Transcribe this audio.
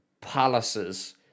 palaces